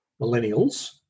millennials